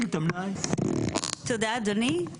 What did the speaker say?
תודה אדוני,